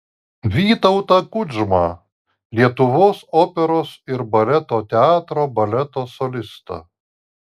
vytautą kudžmą lietuvos operos ir baleto teatro baleto solistą